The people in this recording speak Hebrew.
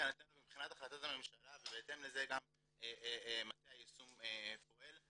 מבחינתנו מבחינת החלטות הממשלה ובהתאם לזה גם מטה היישום פועל,